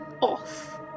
off